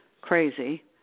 crazy